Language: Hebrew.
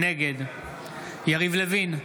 נגד יריב לוין,